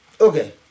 okay